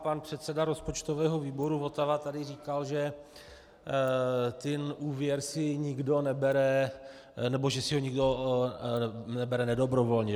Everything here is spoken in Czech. Pan předseda rozpočtového výboru Votava tady říkal, že ten úvěr si nikdo nebere nebo že si ho nikdo nebere nedobrovolně.